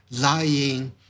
lying